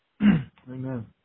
Amen